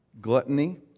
gluttony